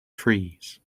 trees